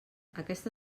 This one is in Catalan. aquesta